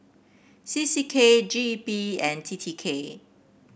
C C K G E P and T T K